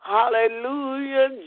Hallelujah